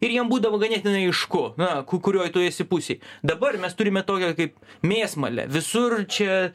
ir jiem būdavo ganėtinai aišku na ku kurioj tu esi pusėj dabar mes turime tokią kaip mėsmalę visur čia